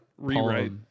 Rewrite